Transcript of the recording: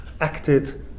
acted